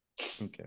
Okay